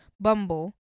Bumble